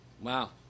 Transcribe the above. Wow